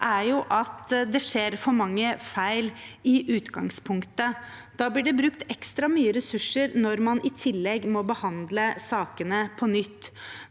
er at det skjer for mange feil i utgangspunktet. Da blir det brukt ekstra mye ressurser når man i tillegg må behandle sakene på nytt.